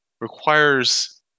requires